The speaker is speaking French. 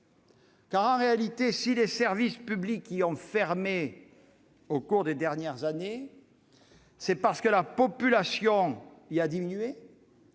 En réalité, si les services publics y ont fermé au cours des dernières années, c'est parce que la population y a diminué.